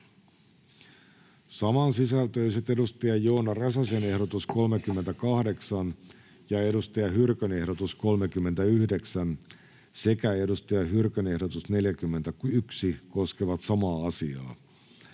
Samansisältöiset Joona Räsäsen ehdotus 38 ja Saara Hyrkön ehdotus 39 sekä Saara Hyrkön ehdotus 41 koskevat samaa asiaa,